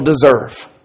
deserve